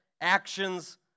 actions